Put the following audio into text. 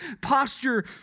posture